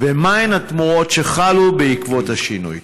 6. מהן התמורות שחלו בעקבות השינוי?